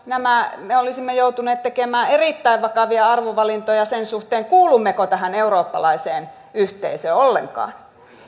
me olisimme joutuneet tekemään erittäin vakavia arvovalintoja sen suhteen kuulummeko tähän eurooppalaiseen yhteisöön ollenkaan